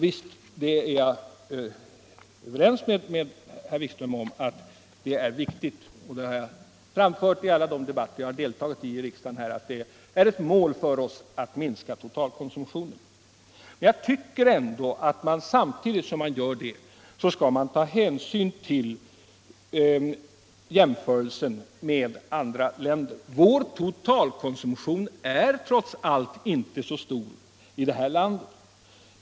Jag är överens med herr Wikström om att det är viktigt; jag har i alla de debatter i denna fråga som jag har deltagit i i riksdagen framhållit att det är ett mål för oss. Men jag tycker samtidigt att man skall ta hänsyn till vad en jämförelse med andra länder visar. Vår totalkonsumtion är trots allt inte så stor i det här landet.